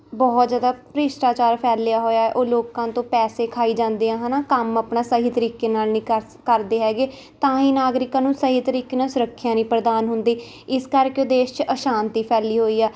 ਬਹੁਤ ਜ਼ਿਆਦਾ ਭ੍ਰਿਸ਼ਟਾਚਾਰ ਫੈਲਿਆ ਹੋਇਆ ਉਹ ਲੋਕਾਂ ਤੋਂ ਪੈਸੇ ਖਾਈ ਜਾਂਦੇ ਆ ਹੈ ਨਾ ਕੰਮ ਆਪਣਾ ਸਹੀ ਤਰੀਕੇ ਨਾਲ ਨਹੀਂ ਕਰ ਕਰਦੇ ਹੈਗੇ ਤਾਂ ਹੀ ਨਾਗਰਿਕਾਂ ਨੂੰ ਸਹੀ ਤਰੀਕੇ ਨਾਲ ਸੁਰੱਖਿਆ ਨਹੀਂ ਪ੍ਰਦਾਨ ਹੁੰਦੀ ਇਸ ਕਰਕੇ ਦੇਸ਼ 'ਚ ਅਸ਼ਾਂਤੀ ਫੈਲੀ ਹੋਈ ਹੈ